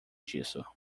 disso